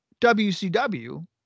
WCW